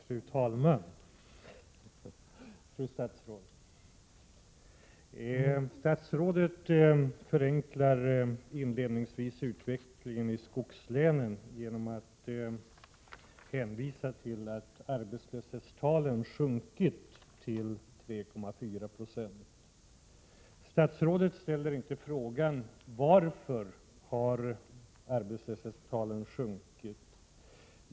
Fru talman! Statsrådet förenklade inledningsvis problemen med utvecklingen i skogslänen genom att hänvisa till att arbetslöshetstalet sjunkit till 3,4 70. Hon ställde inte frågan varför arbetslöshetstalet sjunkit.